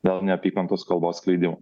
dėl neapykantos kalbos skleidimo